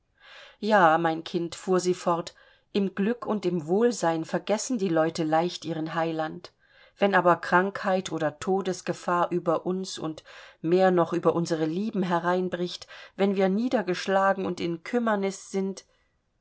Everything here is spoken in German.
ja mein kind fuhr sie fort im glück und im wohlsein vergessen die leute leicht ihren heiland wenn aber krankheit oder todesgefahr über uns und mehr noch über unsere lieben hereinbricht wenn wir niedergeschlagen und in kümmernis sind